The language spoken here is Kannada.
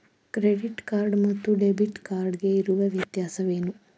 ಕ್ರೆಡಿಟ್ ಕಾರ್ಡ್ ಮತ್ತು ಡೆಬಿಟ್ ಕಾರ್ಡ್ ಗೆ ಇರುವ ವ್ಯತ್ಯಾಸವೇನು?